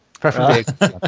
Preferably